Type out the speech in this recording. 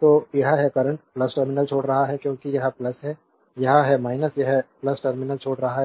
तो यह है कि करंट टर्मिनल छोड़ रहा है क्योंकि यह है यह है यह टर्मिनल छोड़ रहा है